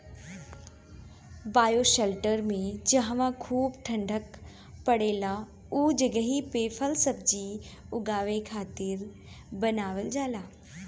bioshelter में जहवा खूब ठण्डा पड़ेला उ जगही पे फल सब्जी उगावे खातिर बनावल जाला